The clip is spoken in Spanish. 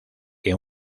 que